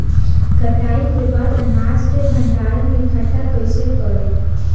कटाई के बाद अनाज के भंडारण में इकठ्ठा कइसे करी?